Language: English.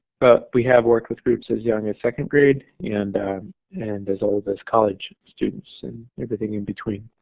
but we have worked with groups as young as second grade and and as old as college students and everything in between.